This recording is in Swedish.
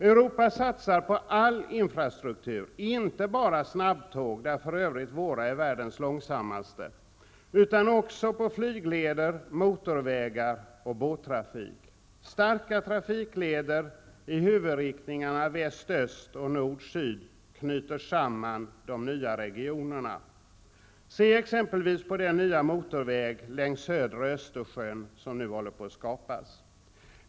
Europa satsar på all infrastruktur, inte bara på snabbtåg -- där för övrigt våra är världens långsammaste -- utan också på flygleder, motorvägar och båttrafik. Starka trafikleder i huvudriktningarna väst--öst och nord--syd knyter samman de nya regionerna. Se exempelvis på den nya motorväg längs södra Östersjön som nu håller på att skapas.